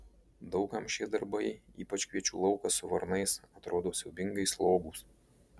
daug kam šie darbai ypač kviečių laukas su varnais atrodo siaubingai slogūs